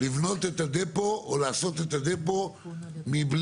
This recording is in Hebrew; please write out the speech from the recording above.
לבנות את הדפו או לעשות את הדפו מבלי